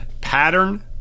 pattern